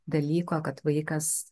dalyko kad vaikas